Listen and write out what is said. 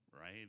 right